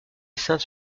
sainte